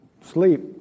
Sleep